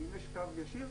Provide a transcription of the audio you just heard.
אם יש קו ישיר,